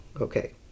okay